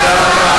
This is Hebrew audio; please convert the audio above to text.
תודה.